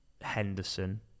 Henderson